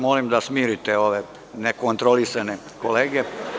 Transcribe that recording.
Molim vas da smirite ove nekontrolisane kolege.